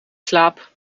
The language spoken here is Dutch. slaap